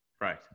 Right